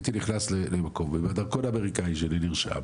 הייתי נכנס לאיזשהו מקום ועם הדרכון האמריקאי שלי נרשם,